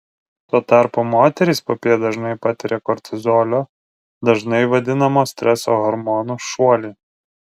tuo tarpu moterys popiet dažnai patiria kortizolio dažnai vadinamo streso hormonu šuolį